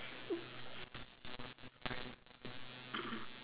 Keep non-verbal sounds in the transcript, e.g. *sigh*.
*laughs*